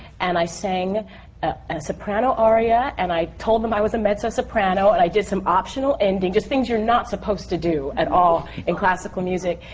and i sang a soprano aria, and i told them i was a mezzo soprano and i did some optional endings, just things you're not supposed to do at all in classical music.